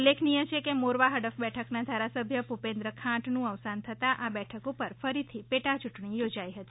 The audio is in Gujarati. ઉલ્લેખનીય છે કે મોરવા હડફ બેઠકનાં ધારાસભ્ય ભૂપેન્દ્ર ખાંટનું અવસાન થતાં આ બેઠક ઉપર ફરીથી પેટાયૂંટણી યોજાઈ હતી